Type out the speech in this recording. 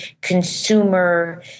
consumer